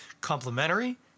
complementary